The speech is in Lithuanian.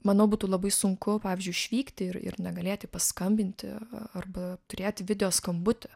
manau būtų labai sunku pavyzdžiui išvykti ir ir negalėti paskambinti arba turėti video skambutį